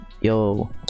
Yo